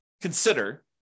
consider